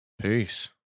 Peace